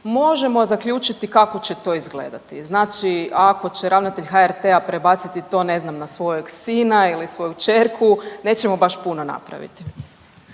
Možemo zaključiti kako će to izgledati. Znači ako će ravnatelj HRT-a prebaciti to ne znam na svojeg sina ili svoju kćerku nećemo baš puno napraviti.